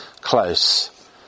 close